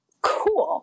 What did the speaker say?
cool